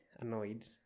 annoyed